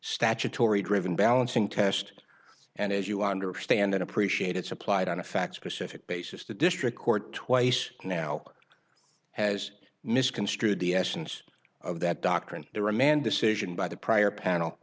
statutory driven balancing test and as you understand and appreciate it's applied on a fact specific basis the district court twice now has misconstrued the essence of that doctrine the remand decision by the prior panel